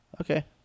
okay